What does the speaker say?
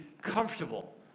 comfortable